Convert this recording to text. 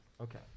Okay